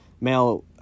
male